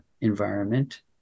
environment